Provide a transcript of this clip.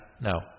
No